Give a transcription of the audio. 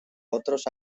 otros